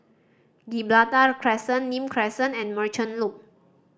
Gibraltar Crescent Nim Crescent and Merchant Loop